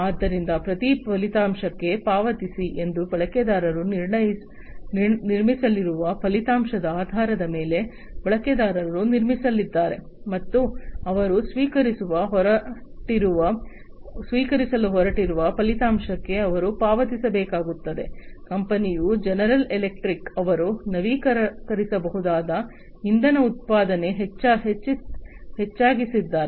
ಆದ್ದರಿಂದ ಪ್ರತಿ ಫಲಿತಾಂಶಕ್ಕೆ ಪಾವತಿಸಿ ಎಂದರೆ ಬಳಕೆದಾರರು ನಿರ್ಮಿಸಲಿರುವ ಫಲಿತಾಂಶದ ಆಧಾರದ ಮೇಲೆ ಬಳಕೆದಾರರು ನಿರ್ಮಿಸಲಿದ್ದಾರೆ ಮತ್ತು ಅವರು ಸ್ವೀಕರಿಸಲು ಹೊರಟಿರುವ ಫಲಿತಾಂಶಕ್ಕೆ ಅವರು ಪಾವತಿಸಬೇಕಾಗುತ್ತದೆ ಕಂಪನಿಯು ಜನರಲ್ ಎಲೆಕ್ಟ್ರಿಕ್ನಂತಿದೆ ಅವರು ನವೀಕರಿಸಬಹುದಾದ ಇಂಧನ ಉತ್ಪಾದನೆ ಹೆಚ್ಚಾಗಿ ಸಿದ್ದಾರೆ